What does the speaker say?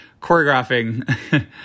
Choreographing